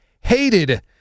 hated